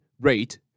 rate